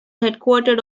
headquartered